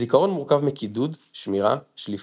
זכרון מורכב מקידוד, שמירה, שליפה.